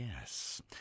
Yes